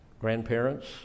grandparents